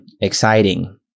exciting